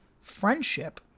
friendship